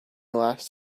last